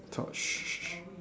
talk